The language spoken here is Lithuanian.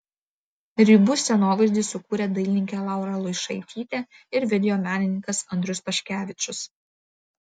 ribų scenovaizdį sukūrė dailininkė laura luišaitytė ir video menininkas andrius paškevičius